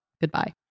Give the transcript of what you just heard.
goodbye